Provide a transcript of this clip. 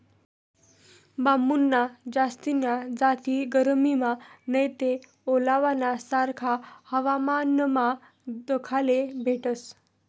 बांबून्या जास्तीन्या जाती गरमीमा नैते ओलावाना सारखा हवामानमा दखाले भेटतस